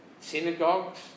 synagogues